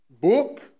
book